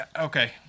okay